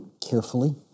carefully